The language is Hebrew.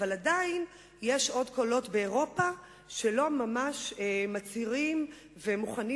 אבל עדיין יש קולות באירופה שלא ממש מצהירים ומוכנים